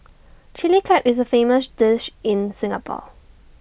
Chilli Crab is A famous dish in Singapore